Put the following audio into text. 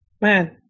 man